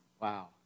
Wow